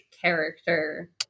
character